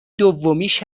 دومیش